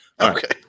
Okay